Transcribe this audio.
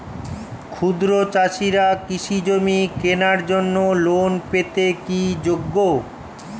ক্ষুদ্র চাষিরা কৃষিজমি কেনার জন্য লোন পেতে কি যোগ্য?